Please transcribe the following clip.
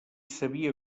sabia